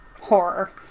horror